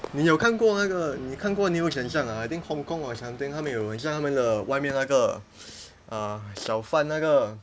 你有看过那个你看过 news 很像 ah I think hong kong or something 他们有很像他们的外面那个个:ta men you hen xiang ta men de wai mian na ge uh 小贩那 ge